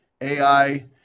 AI